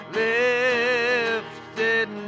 lifted